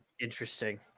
Interesting